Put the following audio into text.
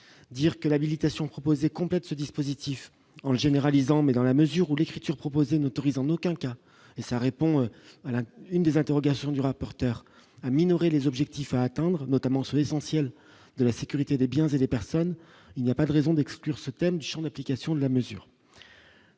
dire que l'habilitation complète ce dispositif en généralisant mais dans la mesure où l'écriture proposée n'autorise en aucun cas et ça répond à la une des interrogations du rapporteur à minorer les objectifs à atteindre, notamment sur l'essentiel de la sécurité des biens et des personnes, il n'y a pas de raison d'exclure ce thème du Champ d'application de la mesure,